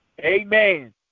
Amen